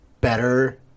better